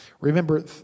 Remember